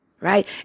Right